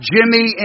Jimmy